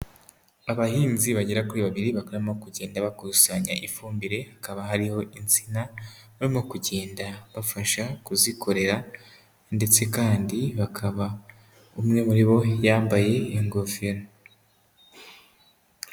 Abahinzi bagera kuri babiri bakaba barimo kugenda bakusanya ifumbire hakaba hariho insina barimo kugenda babafasha kuzikorera ndetse kandi bakaba umwe muri bo yambaye ingofero.